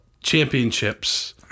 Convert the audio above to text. championships